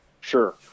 Sure